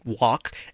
Walk